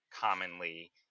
commonly